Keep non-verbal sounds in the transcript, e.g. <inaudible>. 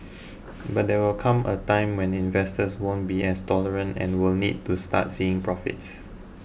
<noise> but there will come a time when investors won't be as tolerant and will need to start seeing profits